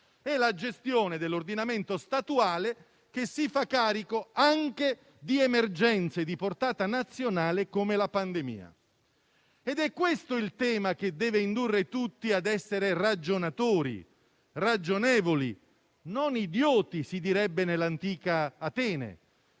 della gestione dell'ordinamento statuale, che si fa carico anche di emergenze di portata nazionale, come la pandemia. È questo il tema che deve indurre tutti ad essere ragionatori, ragionevoli (non idioti, si sarebbe detto nell'antica Atene,